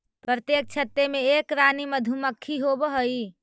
प्रत्येक छत्ते में एक रानी मधुमक्खी होवअ हई